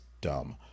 dumb